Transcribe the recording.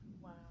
wow